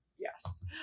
yes